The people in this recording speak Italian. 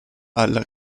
alla